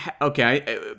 okay